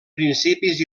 principis